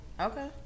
Okay